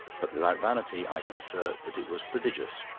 but without vanity i can assert that it was prodigious.